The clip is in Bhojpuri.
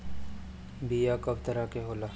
बीया कव तरह क होला?